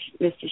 Mr